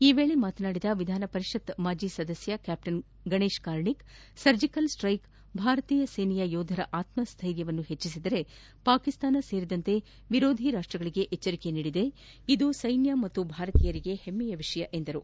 ಈ ವೇಳೆ ಮಾತನಾಡಿದ ವಿಧಾನ ಪರಿಷತ್ ಮಾಜಿ ಸದಸ್ಯ captain Ganesh Karnik surgical strike ಭಾರತೀಯ ಸೇನೆಯ ಯೋಧರ ಆತ್ಮಸ್ವೈರ್ಯ ಹೆಚ್ಚಿಸಿದರೆ ಪಾಕಿಸ್ತಾನ ಸೇರಿದಂತೆ ವಿರೋಧಿ ರಾಷ್ಟ್ರಗಳಿಗೆ ಎಚ್ಚರಿಕೆ ನೀದಿದ್ದು ಇದು ಸೈನ್ಯ ಮತ್ತು ಭಾರತೀಯರಿಗೆ ಹೆಮ್ಮೆಯ ವಿಷಯ ಎಂದರು